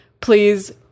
Please